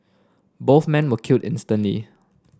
both men were killed instantly